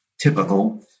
typical